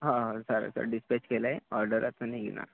हा हा sir sir dispatch केलं आहे ऑर्डर आता निघणार